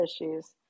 issues